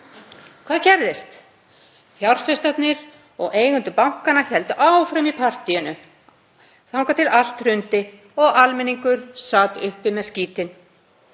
Hvað gerðist? Fjárfestarnir og eigendur bankanna héldu áfram í partíinu þangað til allt hrundi og almenningur sat uppi með skítinn.